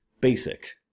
basic